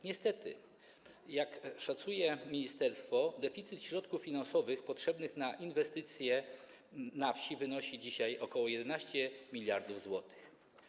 Niestety, jak szacuje ministerstwo, deficyt środków finansowych potrzebnych na inwestycje na wsi wynosi dzisiaj ok. 11 mld zł.